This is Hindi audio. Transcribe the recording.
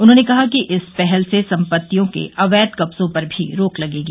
उन्होंने कहा कि इस पहल से सम्पत्तियों के अवैध कब्जों पर भी रोक लगेगी